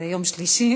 זה יום שלישי,